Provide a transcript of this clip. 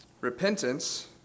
Repentance